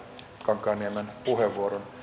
kankaanniemen puheenvuoron